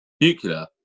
Nuclear